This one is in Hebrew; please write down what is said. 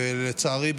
ולצערי,